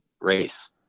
race